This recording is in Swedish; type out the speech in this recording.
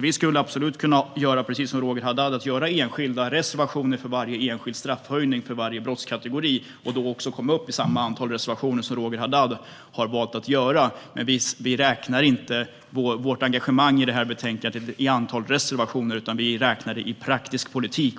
Vi skulle kunna göra precis som Roger Haddad och lämna enskilda reservationer för varje enskild straffhöjning i varje brottskategori. Då skulle vi komma upp i samma antal reservationer som Roger Haddad har gjort. Vi räknar dock inte vårt engagemang i detta betänkande i antalet reservationer, utan vi räknar det i praktisk politik.